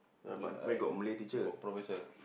uh p~ professor